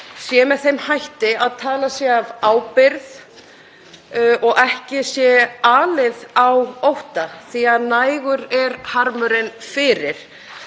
sé með þeim hætti að talað sé af ábyrgð og ekki sé alið á ótta því að nægur er harmurinn fyrir.